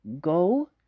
go